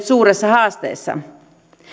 suuressa haasteessa